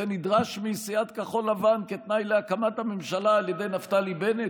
זה נדרש מסיעת כחול לבן כתנאי להקמת הממשלה על ידי נפתלי בנט?